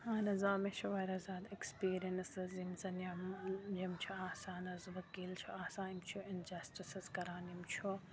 اہن حظ آ مےٚ چھِ واریاہ زیادٕ اٮ۪کٕسپیٖریَنٕس حظ یِم زَن یِم یِم چھِ آسان حظ ؤکیٖل چھِ آسان یِم چھِ اِنجَسٹٕس حظ کَران یِم چھُ